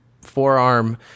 forearm